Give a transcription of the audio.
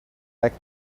back